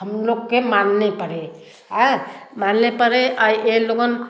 हम लोग के मानने पड़े आए मानने पड़े आ ए लोगन